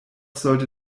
sollte